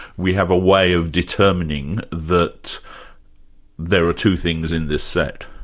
we have a way of determining that there are two things in this set.